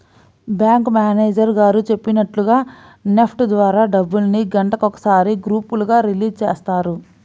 bank manager గారు చెప్పినట్లుగా NEFT ద్వారా డబ్బుల్ని గంటకొకసారి గ్రూపులుగా రిలీజ్ చేస్తారు